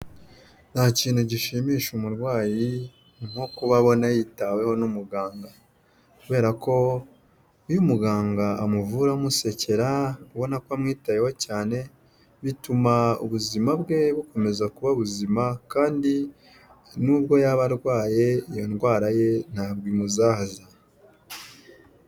Nta kintu gishimisha umurwayi nko kuba abona yitaweho n'umuganga, kubera ko iyo umuganga amuvura amusekera ubona ko amwitayeho cyane bituma ubuzima bwe bukomeza kuba buzima kandi nubwo yaba arwaye iyo ndwara ye ntabwo imuzahaza.